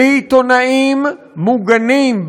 בלי עיתונאים מוגנים,